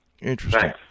Interesting